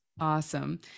Awesome